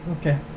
Okay